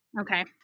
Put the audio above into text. okay